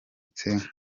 kiriya